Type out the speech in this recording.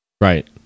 Right